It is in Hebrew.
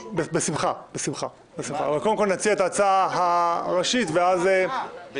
בשמחה, אבל קודם כול נציע את ההצעה הראשית ואולי